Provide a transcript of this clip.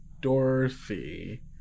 Dorothy